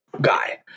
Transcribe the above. guy